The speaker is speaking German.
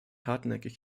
hartnäckig